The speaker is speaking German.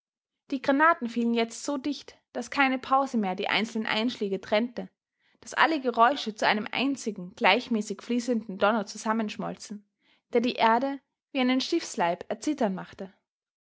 die granaten fielen jetzt so dicht daß keine pause mehr die einzelnen einschläge trennte daß alle geräusche zu einem einzigen gleichmäßig fließenden donner zusammenschmolzen der die erde wie einen schiffsleib erzittern machte